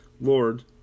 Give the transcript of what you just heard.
Lord